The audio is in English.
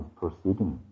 proceeding